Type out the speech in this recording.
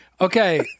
Okay